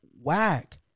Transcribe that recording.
whack